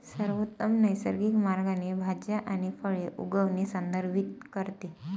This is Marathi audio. सर्वोत्तम नैसर्गिक मार्गाने भाज्या आणि फळे उगवणे संदर्भित करते